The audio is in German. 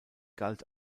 galt